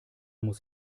muss